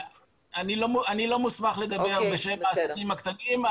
אני לא מוסמך לדבר בשם העסקים הקטנים,